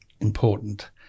important